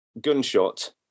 gunshot